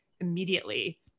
immediately